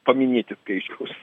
paminėti skaičiaus